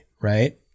right